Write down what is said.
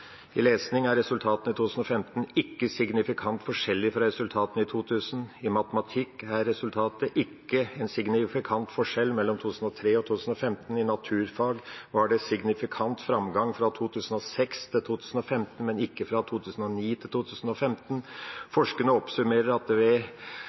I lesing er resultatene for 2015 ikke signifikant forskjellig fra resultatene i 2000. I matematikk er resultatene ikke en signifikant forskjell mellom 2003 og 2015. I naturfag var det signifikant framgang fra 2006 til 2015, men ikke fra 2009 til 2015.